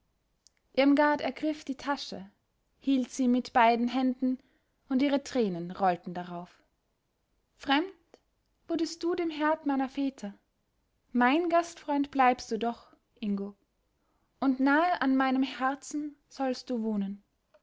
irmgard ergriff die tasche hielt sie mit beiden händen und ihre tränen rollten darauf fremd wurdest du dem herd meiner väter mein gastfreund bleibst du doch ingo und nahe an meinem herzen sollst du wohnen